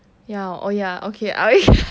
ya oh ya ok are we